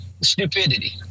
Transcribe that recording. stupidity